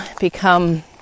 become